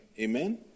Amen